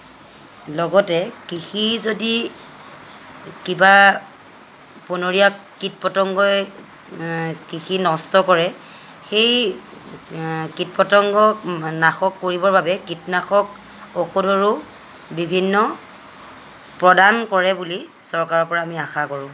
লগতে কৃষি যদি কিবা বনৰীয়া কীট পতংগই কৃষি নষ্ট কৰে সেই কীট পতংগক নাশক কৰিবৰ কাৰণে কীটনাশক ঔষধৰো বিভিন্ন প্ৰদান কৰে বুলি চৰকাৰৰ পৰা আমি আশা কৰোঁ